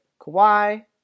Kawhi